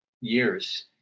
years